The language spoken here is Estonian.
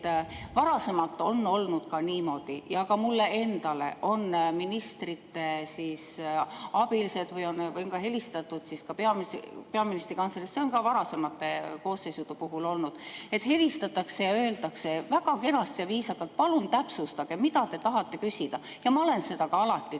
et varasemalt on olnud niimoodi ja ka mulle endale on ministrite abilised [helistanud] või on helistatud peaministri kantseleist, see on ka varasemate koosseisude puhul nii olnud, et helistatakse ja öeldakse väga kenasti ja viisakalt: palun täpsustage, mida te tahate küsida. Ja ma olen seda ka alati teinud.